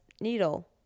needle